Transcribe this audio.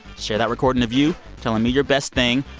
share that recording of you telling me your best thing.